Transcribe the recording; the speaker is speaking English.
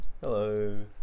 Hello